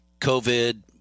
COVID